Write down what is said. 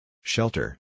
Shelter